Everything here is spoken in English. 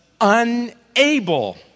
unable